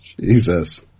Jesus